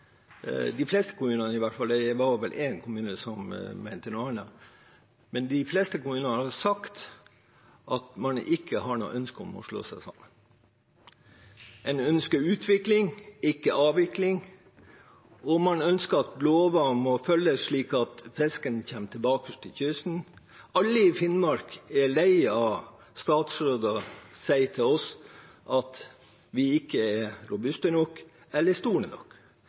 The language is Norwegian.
de fleste kommunene i hvert fall, det var vel én kommune som mente noe annet – har sagt at man ikke har noe ønske om å slå seg sammen. Man ønsker utvikling, ikke avvikling, og man ønsker at lover må følges, slik at fisken kommer tilbake til kysten. Alle i Finnmark er lei av at statsråder sier til oss at vi ikke er robuste nok eller store nok.